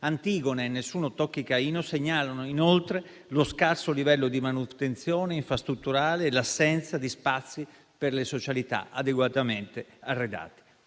«Antigone» e «Nessuno tocchi Caino» segnalano inoltre lo scarso livello di manutenzione infrastrutturale e l'assenza di spazi per le socialità adeguatamente arredati.